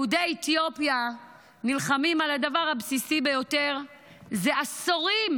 יהודי אתיופיה נלחמים על הדבר הבסיסי ביותר זה עשורים,